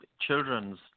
children's